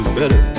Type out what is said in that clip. better